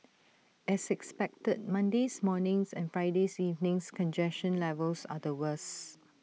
as expected Monday's morning's and Friday's evening's congestion levels are the worse